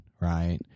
right